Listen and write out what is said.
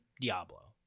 Diablo